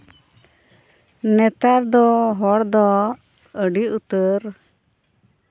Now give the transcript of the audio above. ᱱᱮᱛᱟᱨ ᱫᱚ ᱦᱚᱲ ᱫᱚ ᱟᱹᱰᱤ ᱩᱛᱟᱹᱨ